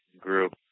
group